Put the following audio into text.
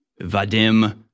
Vadim